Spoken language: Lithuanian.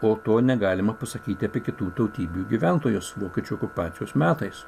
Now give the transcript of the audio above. o to negalima pasakyti apie kitų tautybių gyventojus vokiečių okupacijos metais